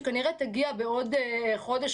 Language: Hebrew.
שכנראה תגיע בעוד חודש,